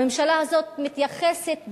הממשלה הזאת מתייחסת בלעג,